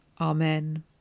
Amen